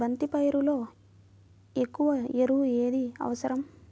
బంతి పైరులో ఎక్కువ ఎరువు ఏది అవసరం?